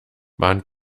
man